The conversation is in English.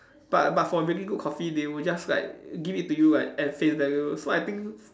but but for really good coffee they will just like give it to you like at face value so I think